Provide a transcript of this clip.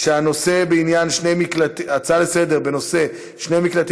ולטפל בו, ולא לקבור אותו בסדר-היום של המליאה.